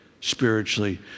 spiritually